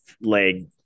leg